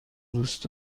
دوست